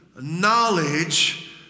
knowledge